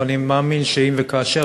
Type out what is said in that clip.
אבל אני מאמין שאם וכאשר,